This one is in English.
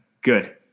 Good